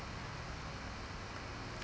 ah